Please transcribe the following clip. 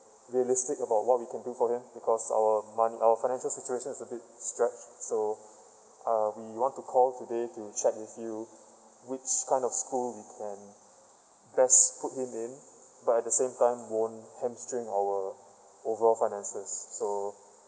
realistic about what we can for him because our month our financial situation is a bit strapped so want to call today to check with you which kind of school we can best put him in but at the same time won't hamstring our overall finances so